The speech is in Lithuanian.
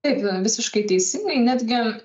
taip na visiškai teisingai netgi